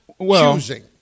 choosing